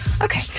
Okay